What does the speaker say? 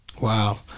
Wow